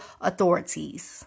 authorities